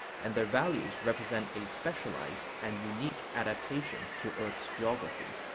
and their values represent a specialized and unique adaptation to earth's geography.